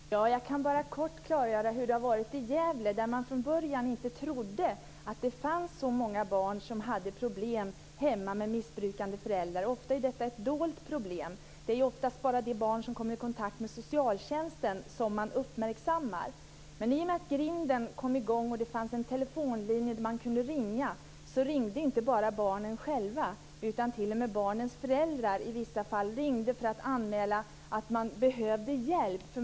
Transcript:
Fru talman! Jag kan bara kort klargöra hur det har varit i Gävle, där man från början inte trodde att det fanns så många barn som hade problem hemma med missbrukande föräldrar. Ofta är detta ett dolt problem. Det är ofta bara de barn som kommer i kontakt med socialtjänsten som man uppmärksammar. I och med att Grinden kom i gång och det fanns ett telefonnummer som man kunde ringa, ringde inte bara barnen själva, utan t.o.m. barnens föräldrar ringde i vissa fall för att anmäla att man behövde hjälp.